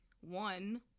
one